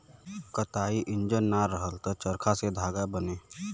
कताई इंजन ना रहल त चरखा से धागा बने